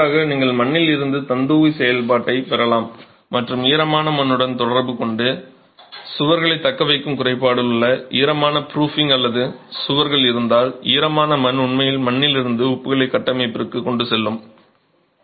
மாற்றாக நீங்கள் மண்ணில் இருந்து தந்துகிச் செயல்பாட்டைப் பெறலாம் மற்றும் ஈரமான மண்ணுடன் தொடர்பு கொண்டு சுவர்களைத் தக்கவைக்கும் குறைபாடுள்ள ஈரமான ப்ரூஃபிங் அல்லது சுவர்கள் இருந்தால் ஈரமான மண் உண்மையில் மண்ணிலிருந்து உப்புகளை கட்டமைப்பிற்கு கொண்டு செல்ல உதவும்